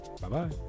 bye-bye